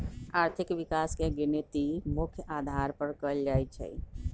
आर्थिक विकास के गिनती मुख्य अधार पर कएल जाइ छइ